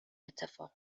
اتفاق